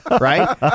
right